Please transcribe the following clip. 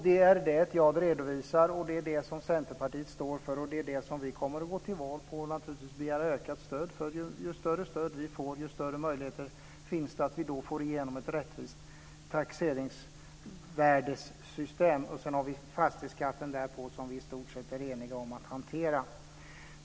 Det är det som jag redovisar, och det är det som Centerpartiet står för och som vi kommer att gå till val på och begära ökat stöd för. Ju starkare stöd vi får, desto större möjligheter finns det att vi får igenom ett rättvist taxeringsvärdessystem. Därpå har vi fastighetsskatten, som vi i stort sett är eniga om att hantera.